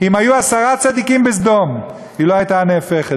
אם היו עשרה צדיקים בסדום, היא לא הייתה נהפכת.